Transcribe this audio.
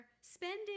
spending